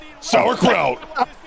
sauerkraut